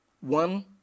One